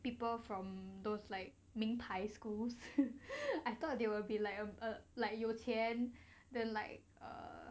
people from those like 名牌 schools I thought they will be like uh like 有钱 then like err